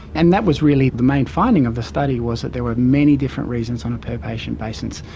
and that was really the main finding of the study, was that there were many different reasons on a per patient basis.